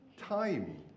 time